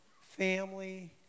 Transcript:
family